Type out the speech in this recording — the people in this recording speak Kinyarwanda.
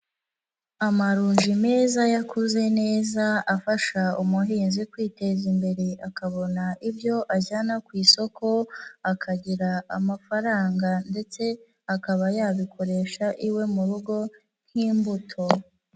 Amaronji meza yakuze neza, afasha umuhinzi kwiteza imbere akabona ibyo ajyana ku isoko, akagira amafaranga ndetse akaba yabikoresha iwe mu rugo nk'imbuto.